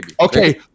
okay